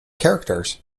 characters